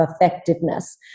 effectiveness